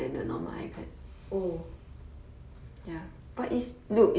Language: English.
mm